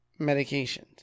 medications